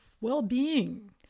well-being